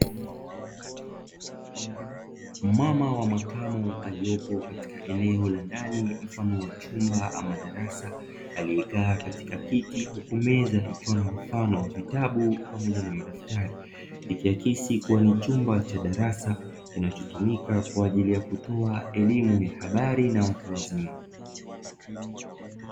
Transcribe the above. Mama wa makamo aliyepo katika eneo la ndani mfano wa chumba ama darasa aliyekaa katika kiti huku meza ikiwa na mfano wa vitabu pamoja na madaftari, ikiakisi kuwa ni chumba cha darasa kinachotumika kwa ajili ya kutoa elimu ya habari na watu wazima.